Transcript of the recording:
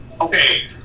Okay